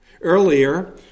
Earlier